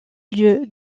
lieu